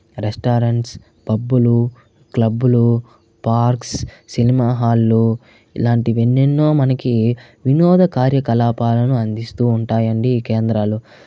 restaurants పబ్బులు club లు parks cinema హాల్లు ఇలాంటివి ఎన్నెన్నో మనకి వినోద కార్యకలాపాలను అందిస్తూ ఉంటాయండీ ఈ కేంద్రాలు